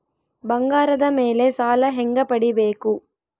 ಬಂಗಾರದ ಮೇಲೆ ಸಾಲ ಹೆಂಗ ಪಡಿಬೇಕು?